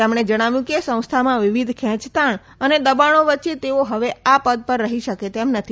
તેમણે જણાવ્યું કે સંસ્થામાં વિવિધ ખેંચતાણ અને દબાણો વચ્ચે તેઓ હવે આ પદ પર રહી શકે તેમ નથી